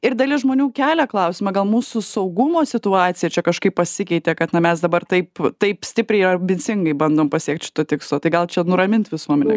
ir dalis žmonių kelia klausimą gal mūsų saugumo situacija čia kažkaip pasikeitė kad na mes dabar taip taip stipriai ir ambicingai bandom pasiekt šito tikslo tai gal čia nuramint visuomenę